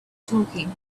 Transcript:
talking